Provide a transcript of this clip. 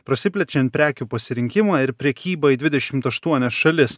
prasiplečiant prekių pasirinkimą ir prekybą į dvidešimt aštuonias šalis